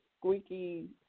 squeaky